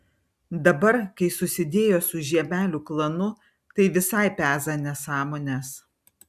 dabar kai susidėjo su žiemelių klanu tai visai peza nesąmones